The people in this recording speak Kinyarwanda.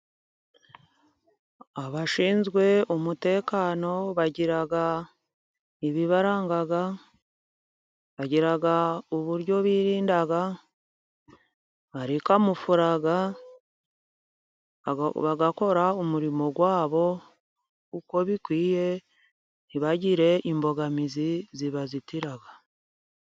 Abashinzwe umutekano bagira ibibaranga, bagira uburyo birinda, barikamufura bagakora umurimo wabo uko bikwiye, ntibagire imbogamizi zibazitira.